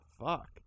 Fuck